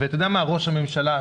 ראש הממשלה,